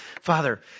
Father